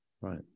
Right